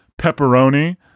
pepperoni